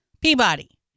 Peabody